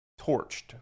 Torched